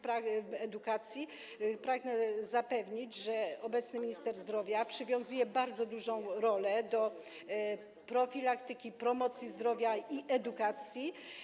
Pragnę zapewnić, że obecny minister zdrowia przywiązuje bardzo dużą wagę do profilaktyki, promocji zdrowia i edukacji.